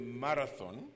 marathon